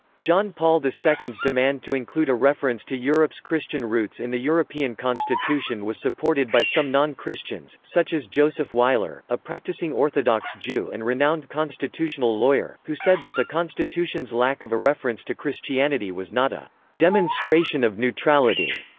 john paul ii's demand to include a reference to europe's christian roots in the european constitution was supported by some non-christians, such as joseph weiler, a practising orthodox jew and renowned constitutional lawyer, who said that the constitution's lack of a reference to christianity was not a demonstration of neutrality,